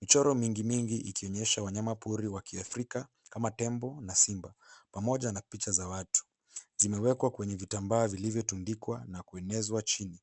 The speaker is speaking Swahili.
Michoro mingi mingi ikionyesha wanyamapori wa kiafrika kama tembo na simba pamoja na picha za watu zimewekwa kwenye vitambaa vilivyotundikwa na kuenezwa chini.